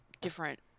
different